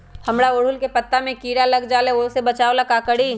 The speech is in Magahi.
हमरा ओरहुल के पत्ता में किरा लग जाला वो से बचाबे ला का करी?